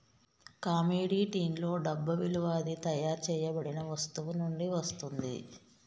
కమోడిటీస్లో డబ్బు విలువ అది తయారు చేయబడిన వస్తువు నుండి వస్తుంది